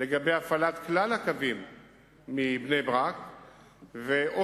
לגבי הפעלת כלל הקווים מבני-ברק והוספת